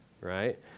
right